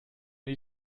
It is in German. die